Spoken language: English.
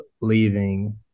leaving